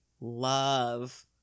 love